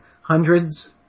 hundreds